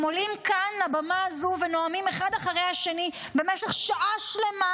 הם עולים כאן לבמה הזו ונואמים אחד אחרי השני במשך שעה שלמה,